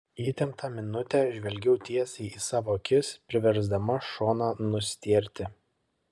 įtemptą minutę žvelgiau tiesiai į savo akis priversdama šoną nustėrti